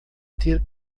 ter